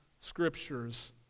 scriptures